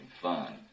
fun